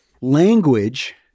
language